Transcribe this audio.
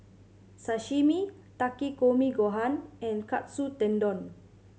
Sashimi Takikomi Gohan and Katsu Tendon